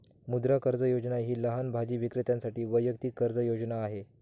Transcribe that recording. मुद्रा कर्ज योजना ही लहान भाजी विक्रेत्यांसाठी वैयक्तिक कर्ज योजना आहे